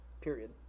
Period